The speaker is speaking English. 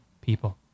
people